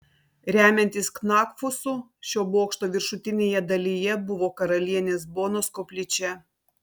remiantis knakfusu šio bokšto viršutinėje dalyje buvo karalienės bonos koplyčia